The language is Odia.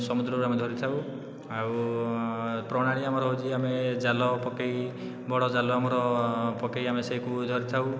ସମୁଦ୍ରରୁ ଆମେ ଧରିଥାଉ ଆଉ ପ୍ରଣାଳୀ ଆମର ହେଉଛି ଆମେ ଜାଲ ପକାଇ ବଡ଼ ଜାଲ ଆମର ପକାଇ ଆମେ ସେ କୁ ଧରିଥାଉ